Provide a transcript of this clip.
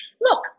Look